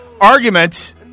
argument